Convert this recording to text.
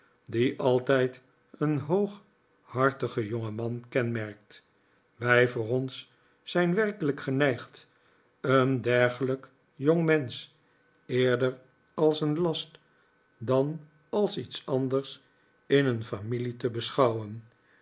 die altijd een hooghartigen jongeman kenmerkt wij voor ons zijn werkelijk geneigd een dergelijk jongmensch eerder als een last dan als iets anders in een familie te beschouwen